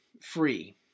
free